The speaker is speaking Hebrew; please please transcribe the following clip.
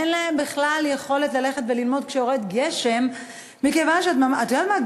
אין להם בכלל יכולת ללכת ללמוד כשיורד גשם מכיוון את יודעת מה?